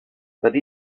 tady